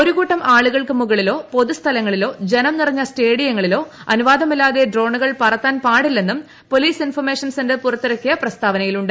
ഒരു കൂട്ടം ആളുകൾക്ക് മുകളിലോ പൊതു സ്ഥലങ്ങളിലോ ജനം നിറഞ്ഞ സ്റ്റേഡിയങ്ങളിലോ അനുവാദം ഇല്ലാതെ ഡ്രോണുകൾ പറത്താൻ പാടില്ലെന്നും പോലീസ് ഇൻഫർമേഷൻ സെന്റർ പുറത്തിറക്കിയ പ്രസ്താവനയിൽ ഉണ്ട്